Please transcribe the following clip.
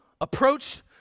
approached